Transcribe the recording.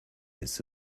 its